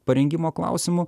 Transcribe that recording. parengimo klausimu